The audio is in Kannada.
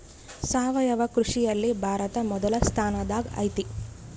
ಸಾವಯವ ಕೃಷಿಯಲ್ಲಿ ಭಾರತ ಮೊದಲ ಸ್ಥಾನದಾಗ್ ಐತಿ